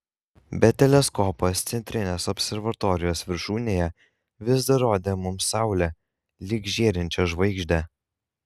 bet teleskopas centrinės observatorijos viršūnėje vis dar rodė mums saulę lyg žėrinčią žvaigždę